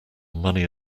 money